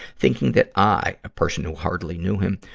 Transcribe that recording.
thinking that i, a person who hardly knew him,